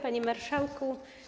Panie Marszałku!